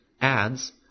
adds